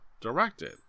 directed